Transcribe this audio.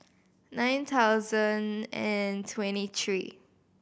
nine thousand and twenty three